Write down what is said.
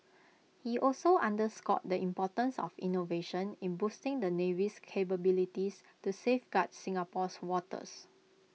he also underscored the importance of innovation in boosting the navy's capabilities to safeguard Singapore's waters